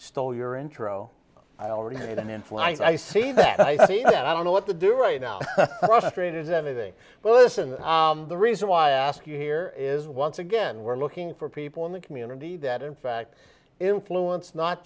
stole your intro i already made an in flight i see that i said i don't know what to do right now afraid is anything but listen the reason why i ask you here is once again we're looking for people in the community that in fact influence not